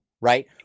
right